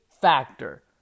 factor